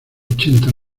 ochenta